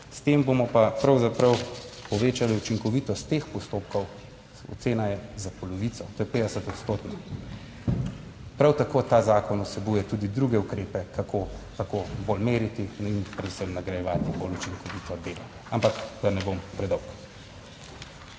s tem bomo pa pravzaprav povečali učinkovitost teh postopkov. Ocena je za polovico, to je 50 odstotna. Prav tako ta zakon vsebuje tudi druge ukrepe, kako tako bolj meriti in predvsem nagrajevati bolj učinkovito delo. Ampak da ne bom predolg.